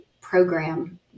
program